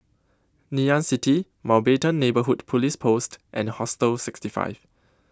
Ngee Ann City Mountbatten Neighbourhood Police Post and Hostel sixty five